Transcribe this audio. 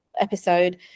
episode